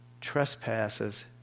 trespasses